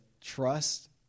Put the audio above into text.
trust